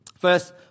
First